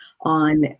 on